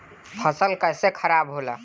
फसल कैसे खाराब होला?